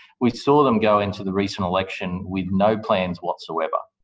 we saw them go into the recent election with no plans whatsoever.